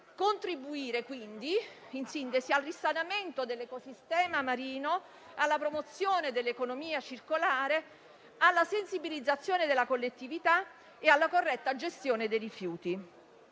contribuire quindi al risanamento dell'ecosistema marino, alla promozione dell'economia circolare, alla sensibilizzazione della collettività e alla corretta gestione dei rifiuti.